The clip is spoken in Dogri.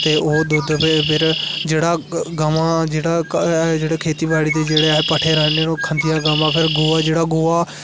ते ओह दुद्ध फिर जेहडा़ गावां जेहडा खेती बाडी़ जेहडे़ पट्ठे राह्ने ना ओह् खदियां गवां ते जेहडा़ गोहा